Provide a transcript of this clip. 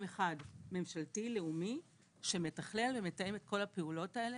אחד ממשלתי-לאומי שמתכלל ומתאם את כל הפעולות האלה